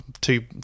two